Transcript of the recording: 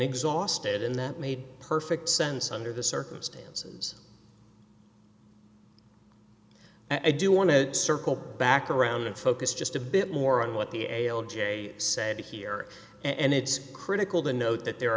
exhausted and that made perfect sense under the circumstances i do want to circle back around and focus just a bit more on what the l j said here and it's critical to note that there